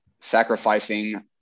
sacrificing